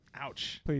Ouch